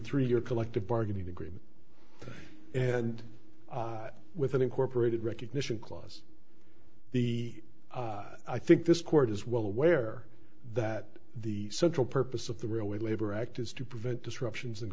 three year collective bargaining agreement and with an incorporated recognition clause the i think this court is well aware that the central purpose of the railway labor act is to prevent disruptions in